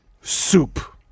soup